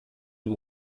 dem